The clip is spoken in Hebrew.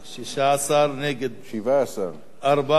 בעד, 16, 17. נגד, 4, נמנעים,